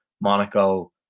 Monaco